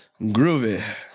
Groovy